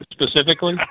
specifically